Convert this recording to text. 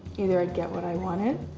either i'd get what i wanted,